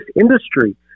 industry